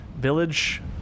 village